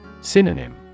Synonym